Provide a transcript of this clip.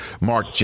Mark